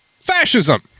Fascism